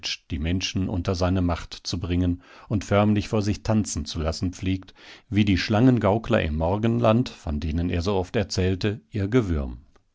die menschen unter seine macht zu bringen und förmlich vor sich tanzen zu lassen pflegt wie die schlangengaukler im morgenland von denen er so oft erzählte ihr